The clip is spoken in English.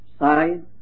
side